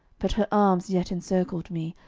but her arms yet encircled me,